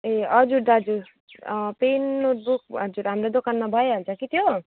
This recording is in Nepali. ए हजुर दाजु पेन बुक हजुर हाम्रो दोकानमा भइहाल्छ कि त्यो